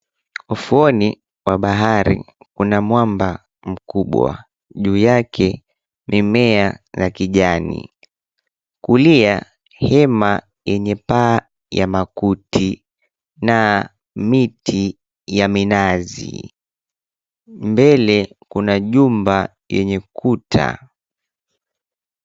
Ufuoni mwa bahari kuna mwamba mkubwa, juu yake mimea na kijani. Kulia hema yenye paa ya makuti na miti ya minazi, mbele kuna jumba yenye kuta.